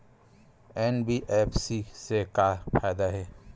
NBFC से का फ़ायदा हे?